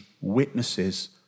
witnesses